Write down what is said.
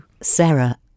Sarah